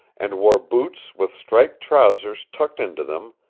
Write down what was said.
and wore boots with striped trousers tucked into them,